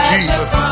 Jesus